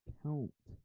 count